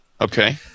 Okay